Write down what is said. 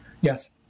Yes